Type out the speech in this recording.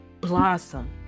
blossom